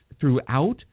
throughout